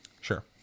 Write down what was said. sure